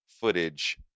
footage